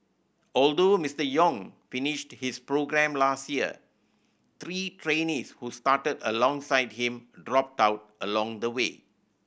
although Mister Yong finished his programme last year three trainees who started alongside him dropped out along the way